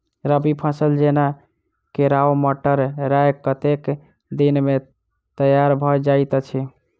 रबी फसल जेना केराव, मटर, राय कतेक दिन मे तैयार भँ जाइत अछि?